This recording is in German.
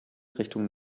richtung